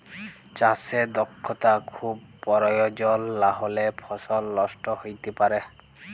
চাষে দক্ষতা খুব পরয়োজল লাহলে ফসল লষ্ট হ্যইতে পারে